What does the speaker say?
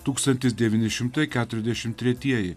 tūkstantis devyni šimtai keturiasdešim tretieji